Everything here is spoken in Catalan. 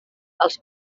als